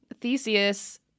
Theseus